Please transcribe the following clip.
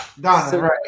Donna